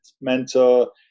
mentor